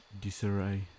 disarray